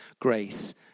grace